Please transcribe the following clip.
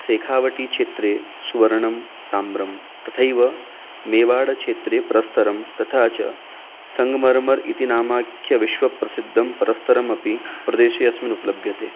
सेखावटीक्षेत्रे स्वर्णं ताम्रं तथैव मेवाडक्षेत्रे प्रस्तरं तथा च सङ्ग्मर्मर् इति नामाख्यं विश्वप्रसिद्धं प्रस्तरमपि प्रदेशे अस्मिन् उपलभ्यते